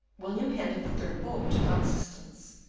william handed the third bulb to van systens,